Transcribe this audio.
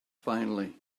finally